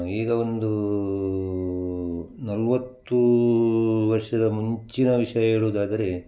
ಈಗ ಒಂದು ನಲವತ್ತು ವರ್ಷದ ಮುಂಚಿನ ವಿಷಯ ಹೇಳುವುದಾದರೆ